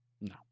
No